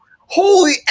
holy